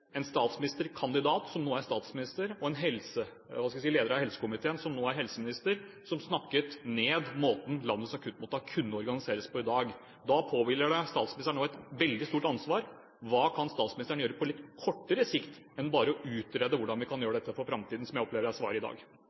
en statsministerkandidat, som nå er statsminister, og en leder av helsekomiteen, som nå er helseminister, som snakket ned måten landets akuttmottak kunne organiseres på i dag. Da påhviler det statsministeren et veldig stort ansvar. Hva kan statsministeren gjøre på litt kortere sikt enn bare å utrede hvordan vi kan gjøre dette for framtiden – som jeg opplever er svaret i dag?